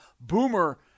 Boomer